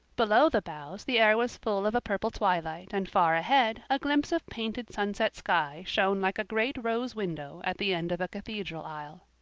below the boughs the air was full of a purple twilight and far ahead a glimpse of painted sunset sky shone like a great rose window at the end of a cathedral aisle.